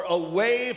away